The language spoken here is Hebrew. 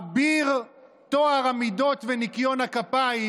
אביר טוהר המידות וניקיון הכפיים,